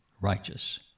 righteous